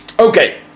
Okay